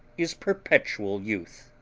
is perpetual youth.